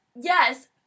Yes